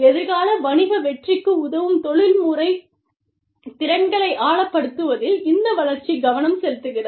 எதிர்கால வணிக வெற்றிக்கு உதவும் தொழில்முறை திறன்களை ஆழப்படுத்துவதில் இந்த வளர்ச்சி கவனம் செலுத்துகிறது